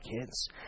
kids